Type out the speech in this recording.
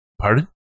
Pardon